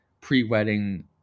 pre-wedding